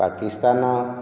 Pakistan